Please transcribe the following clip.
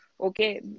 Okay